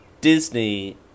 Disney